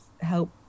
help